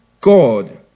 God